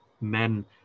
men